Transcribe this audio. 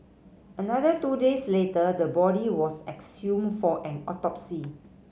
another two days later the body was exhumed for an autopsy